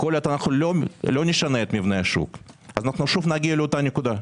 כל עוד אנחנו לא נשנה את מבנה השוק אז אנחנו שוב נגיע לאותה נקודה.